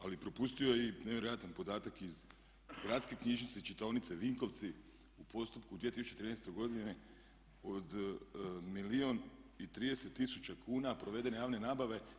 Ali propustio je i nevjerojatan podatak iz gradske knjižnice, čitaonice Vinkovci u postupku 2013. godine od milijun i 30 000 kuna provedene javne nabave.